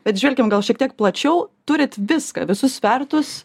bet žvelkime gal šiek tiek plačiau turit viską visus svertus